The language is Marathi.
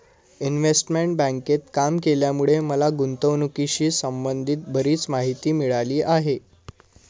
इन्व्हेस्टमेंट बँकेत काम केल्यामुळे मला गुंतवणुकीशी संबंधित बरीच माहिती मिळाली आहे